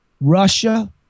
Russia